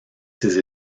ses